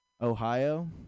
Ohio